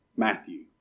Matthew